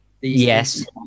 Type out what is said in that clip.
Yes